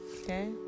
Okay